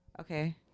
Okay